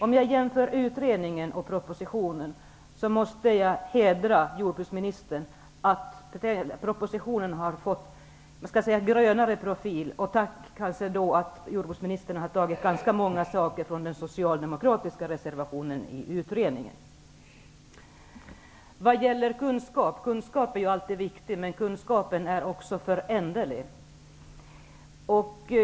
Om jag jämför utredningen och propositionen, måste jag hedra jordbruksministern för att propositionen har fått en grönare profil och tacka för att han har tagit ganska många saker från den socialdemokratiska reservationen i utredningen. Kunskap är alltid viktig, men kunskap är också föränderlig.